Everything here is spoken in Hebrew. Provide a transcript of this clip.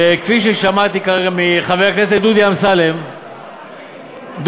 כפי ששמעתי כרגע מחבר הכנסת דודי אמסלם דודי,